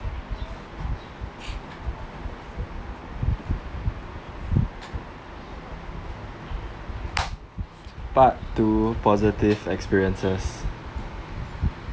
part two positive experiences